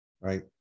Right